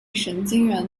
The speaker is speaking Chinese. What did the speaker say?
神经元